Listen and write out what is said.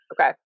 Okay